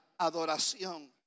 adoración